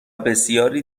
بسیاری